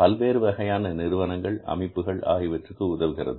பல்வேறு வகையான நிறுவனங்கள் அமைப்புகள் ஆகியவற்றுக்கு உதவுகிறது